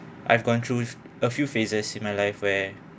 I've gone through a few phases in my life where